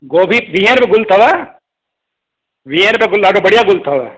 गोभी वीहें रुपये गुलु अथव वीहें रुपये गुलु ॾाढो बढ़िया गुलु अथव